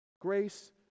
Grace